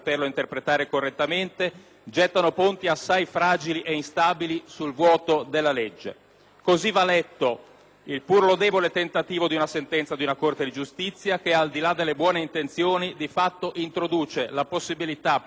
gettano ponti assai fragili e instabili sul vuoto della legge. Così va letto il pur lodevole tentativo di una sentenza di una corte di giustizia che, al di là delle buone intenzioni, di fatto introduce la possibilità per il nostro sistema sanitario